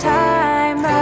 time